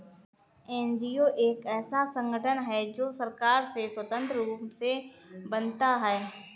NGO एक ऐसा संगठन है जो सरकार से स्वतंत्र रूप से बनता है